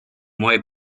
why